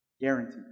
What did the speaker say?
Guaranteed